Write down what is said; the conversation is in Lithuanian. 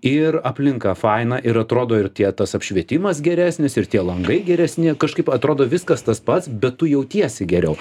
ir aplinka faina ir atrodo ir tie tas apšvietimas geresnis ir tie langai geresni kažkaip atrodo viskas tas pats bet tu jautiesi geriau